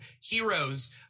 heroes